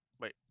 Wait